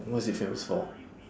what is it famous for